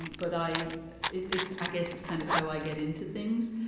but i it's i guess it's kind of how i get into things.